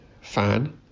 fan